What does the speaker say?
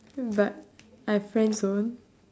but I friend zone